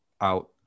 out